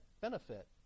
benefit